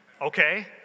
Okay